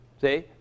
See